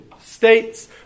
states